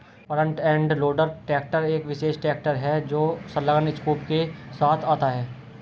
front end loader tractor एक विशेष tractor है जो संलग्न स्कूप के साथ आता है